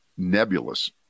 nebulous